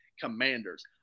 Commanders